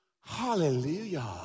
Hallelujah